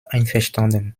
einverstanden